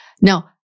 Now